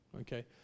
okay